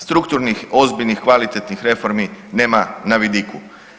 Strukturnih ozbiljnih, kvalitetnih reformi nema na vidiku.